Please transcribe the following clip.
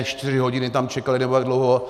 Čtyři hodiny tam čekali, nebo jak dlouho.